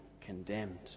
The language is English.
condemned